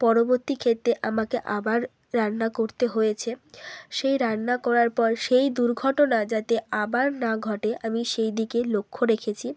পরবত্তী ক্ষেত্রে আমাকে আবার রান্না করতে হয়েছে সেই রান্না করার পর সেই দুর্ঘটনা যাতে আবার না ঘটে আমি সেই দিকে লক্ষ্য রেখেছি